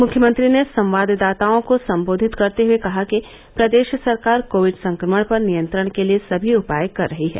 मुख्यमंत्री ने संवाददाताओं को सम्बोधित करते हुये कहा कि प्रदेश सरकार कोविड संक्रमण पर नियंत्रण के लिये सभी उपाय कर रही है